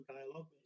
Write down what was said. dialogue